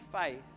faith